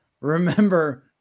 remember –